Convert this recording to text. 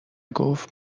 گفت